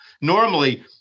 Normally